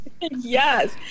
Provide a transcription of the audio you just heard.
Yes